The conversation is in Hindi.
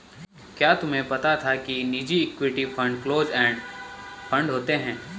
क्या तुम्हें पता था कि निजी equity fund close end fund होते हैं?